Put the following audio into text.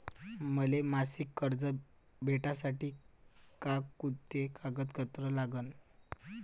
मले मासिक कर्ज भेटासाठी का कुंते कागदपत्र लागन?